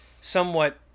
somewhat